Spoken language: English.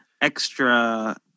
extra